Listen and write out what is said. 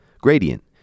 Gradient